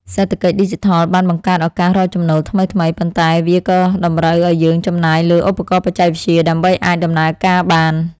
សេដ្ឋកិច្ចឌីជីថលបានបង្កើតឱកាសរកចំណូលថ្មីៗ ប៉ុន្តែវាក៏តម្រូវឱ្យយើងចំណាយលើឧបករណ៍បច្ចេកវិទ្យាដើម្បីអាចដំណើរការបាន។